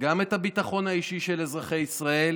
גם את הביטחון האישי של אזרחי ישראל